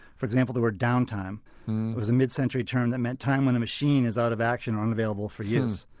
for example, the word downtime. it was a mid-century term that meant time when a machine is out of action or unavailable for use.